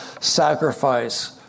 sacrifice